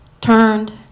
turned